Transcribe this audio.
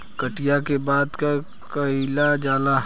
कटिया के बाद का कइल जाला?